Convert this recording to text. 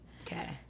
Okay